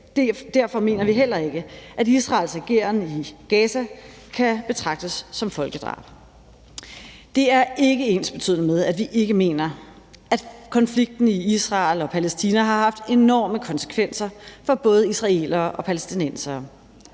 Derfor mener vi heller ikke, at Israels ageren i Gaza kan betragtes som folkedrab. Det er ikke ensbetydende med, at vi ikke mener, at konflikten i Israel og Palæstina har haft enorme konsekvenser for både israelere og palæstinensere.